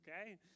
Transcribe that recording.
Okay